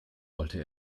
wollte